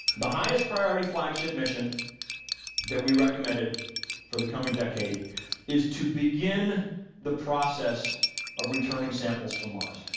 the highest priority flagship mission that we recommended for the coming decade is to begin the process of returning samples from mars.